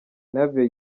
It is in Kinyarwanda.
navio